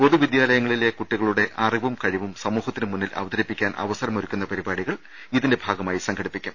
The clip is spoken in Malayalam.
പൊതു വിദ്യാലയങ്ങളിലെ കുട്ടികളുടെ അറിവും കഴിവും സമൂഹത്തിന് മുന്നിൽ അവതരിപ്പിക്കാൻ അവസരമൊരു ക്കുന്ന പരിപാടികൾ ഇതിന്റെ ഭാഗമായി സംഘടിപ്പിക്കും